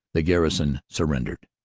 the garrison surrendered.